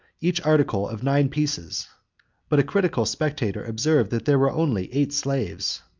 each article of nine pieces but a critical spectator observed, that there were only eight slaves.